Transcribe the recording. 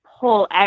pull